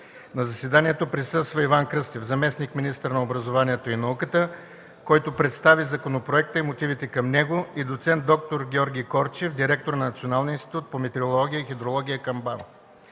На заседанието присъства Иван Кръстев – заместник-министър на образованието и науката, който представи законопроекта и мотивите към него, и доц. д-р Георги Корчев – директор на Националния институт по метеорология и хидрология към БАН.